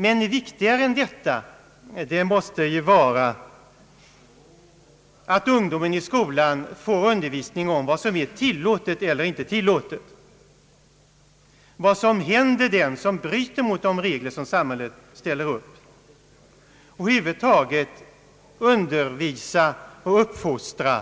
Men ännu viktigare måste det ju vara att ungdomen i skolan får undervisning om vad som är tillåtet och inte tillåtet, vad som händer om man bryter mot de regler samhället ställer upp. Skolan bör över huvud taget undervisa och uppfostra